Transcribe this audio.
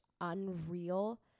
unreal